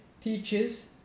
teaches